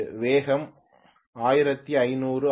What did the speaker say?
வேகம் 1500 ஆர்